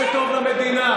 ולא במה שטוב למדינה.